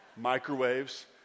Microwaves